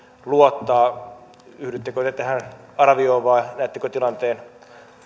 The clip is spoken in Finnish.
luottaa yhdyttekö te tähän arvioon vai näettekö tilanteen